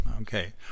Okay